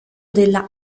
della